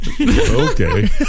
Okay